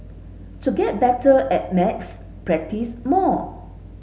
to get better at maths practise more